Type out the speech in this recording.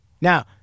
Now